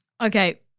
Okay